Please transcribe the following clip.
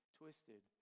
twisted